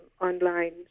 online